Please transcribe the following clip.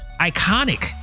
iconic